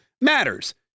matters